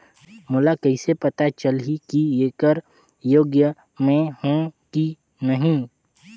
मोला कइसे पता चलही की येकर योग्य मैं हों की नहीं?